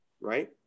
Right